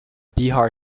bihar